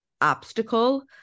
obstacle